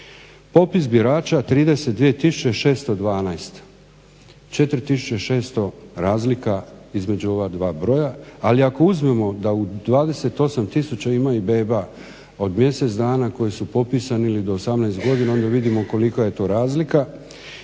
Popis birača 32 612, 4600 razlika između ova dva broja, ali ako uzmemo da u 28 000 ima i beba od mjesec dana koje su popisane ili do 18 godina, onda vidimo kolika je to razlika